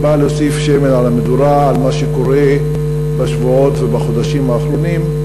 היא באה להוסיף שמן על המדורה של מה שקורה בשבועות ובחודשים האחרונים.